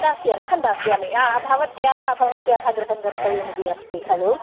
दास्यामि अहं दास्यामि भवत्याः भवत्याः गृहं कर्तव्यमिति अस्ति खलु